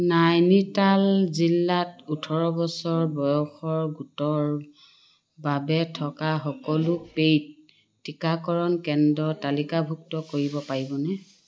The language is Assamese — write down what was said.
নাইনিতাল জিলাত ওঠৰ বছৰ বয়সৰ গোটৰ বাবে থকা সকলো পেইড টীকাকৰণ কেন্দ্ৰ তালিকাভুক্ত কৰিব পাৰিবনে